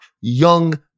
young